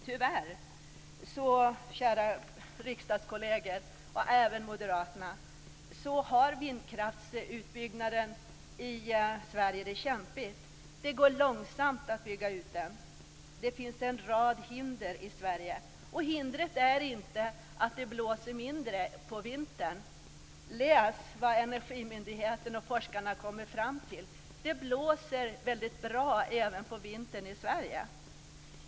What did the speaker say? Tyvärr, kära riksdagskolleger och inte minst moderaterna, har vindkraftsutbyggnaden i Sverige det kämpigt. Det går långsamt att bygga ut den. Det finns en rad hinder i Sverige. Hindret är inte att det blåser mindre på vintern. Läs vad Energimyndigheten och forskarna kommer fram till! Det blåser väldigt bra även på vintern i Sverige.